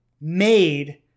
made